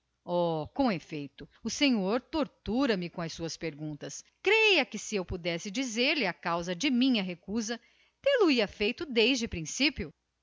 oh com efeito o senhor tortura me com as suas perguntas creia que se eu pudesse dizer-lhe a causa de minha recusa tê-lo-ia feito desde logo oh